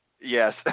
Yes